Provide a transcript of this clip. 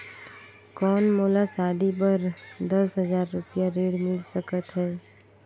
कौन मोला शादी बर दस हजार रुपिया ऋण मिल सकत है?